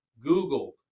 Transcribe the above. Google